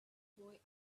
boy